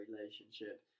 relationship